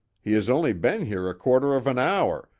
he has only been here a quarter of an hour,